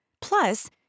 Plus